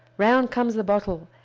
round comes the bottle,